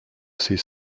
ses